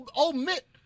omit